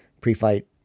pre-fight